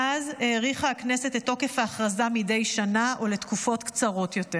מאז האריכה הכנסת את תוקף ההכרזה מדי שנה או לתקופות קצרות יותר.